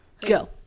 go